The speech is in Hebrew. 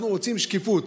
אנחנו רוצים שקיפות.